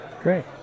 Great